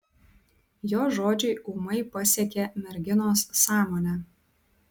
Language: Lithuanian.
jo žodžiai ūmai pasiekė merginos sąmonę